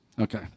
Okay